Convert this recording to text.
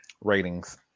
ratings